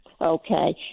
okay